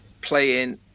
playing